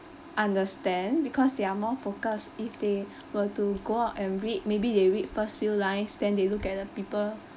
understand because they are more focus if they were to go out and read maybe they read first few lines then they look at the people